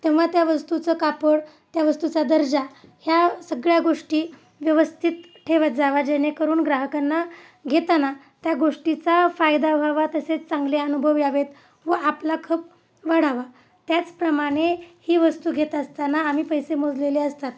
तेव्हा त्या वस्तूचं कापड त्या वस्तूचा दर्जा ह्या सगळ्या गोष्टी व्यवस्थित ठेवत जावा जेणेकरून ग्राहकांना घेताना त्या गोष्टीचा फायदा व्हावा तसेच चांगले अनुभव यावेत व आपला खप वाढावा त्याचप्रमाणे ही वस्तू घेत असताना आम्ही पैसे मोजलेले असतात